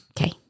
Okay